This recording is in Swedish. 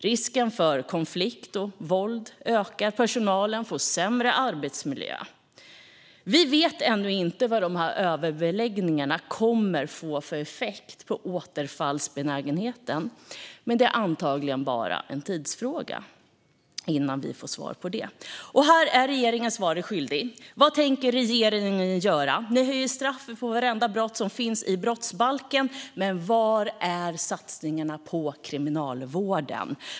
Risken för konflikt och våld ökar, och personalen får sämre arbetsmiljö. Vi vet ännu inte vad överbeläggningarna kommer att få för effekt på återfallsbenägenheten, men det är antagligen bara en tidsfråga innan vi får svar på det. Här är regeringen svaret skyldig: Vad tänker regeringen göra? Ni höjer straffet för vartenda brott som finns i brottsbalken, men var är satsningarna på kriminalvården?